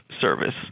service